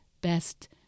best